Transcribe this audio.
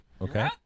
okay